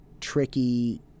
tricky